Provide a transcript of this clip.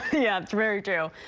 yeah, very true.